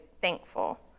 thankful